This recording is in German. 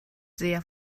sehr